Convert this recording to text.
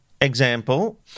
example